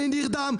אני נרדם.